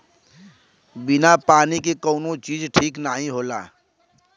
बिना पानी के कउनो चीज ठीक नाही होला